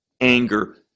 anger